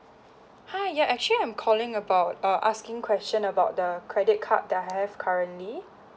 hi ya actually I'm calling about uh asking question about the credit card that I have currently